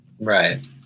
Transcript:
Right